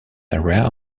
area